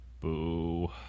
Boo